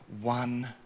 one